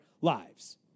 lives